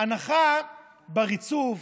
הנחה בריצוף,